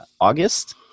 August